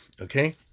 Okay